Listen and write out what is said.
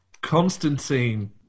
Constantine